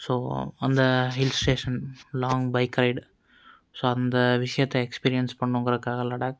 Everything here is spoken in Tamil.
ஸோ அந்த hills station long bike ride so அந்த விஷயத்தை எக்ஸ்பிரீயன்ஸ் பண்ணுங்கிறதுக்காக லடாக்